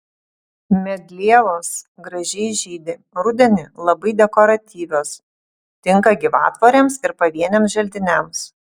medlievos gražiai žydi rudenį labai dekoratyvios tinka gyvatvorėms ir pavieniams želdiniams